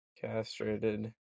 Castrated